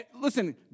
listen